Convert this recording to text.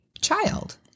child